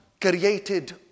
created